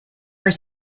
are